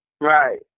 Right